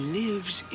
lives